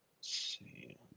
See